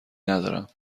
ندارم